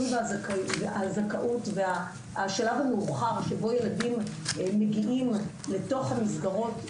והזכאות השלב המאוחר שבו הילדים מגיעים לתוך המסגרות,